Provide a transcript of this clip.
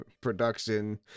production